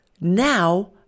Now